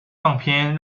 唱片